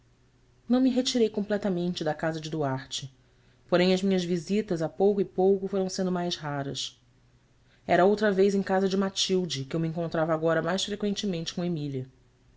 não me retirei completamente da casa de duarte porém as minhas visitas a pouco e pouco foram sendo mais raras era outra vez em casa de d matilde que eu me encontrava agora mais freqüentemente com emília